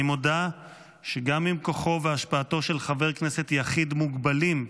אני מודה שגם אם כוחו והשפעתו של חבר כנסת יחיד מוגבלים,